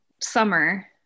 summer